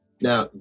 Now